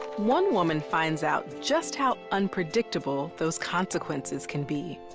one woman finds out just how unpredictable those consequences can be.